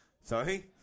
Sorry